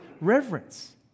reverence